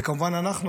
וכמובן אנחנו,